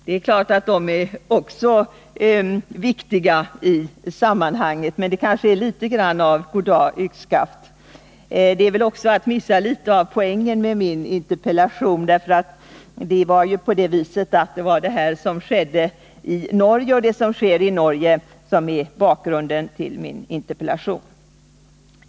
Det är klart att de också är viktiga i sammanhanget, men kanske är det litet grand av goddag yxskaft över svaret ändå. Det är väl också att missa litet av poängen med min interpellation. Det var ju det som skedde och sker i Norge som är bakgrunden till min interpellation.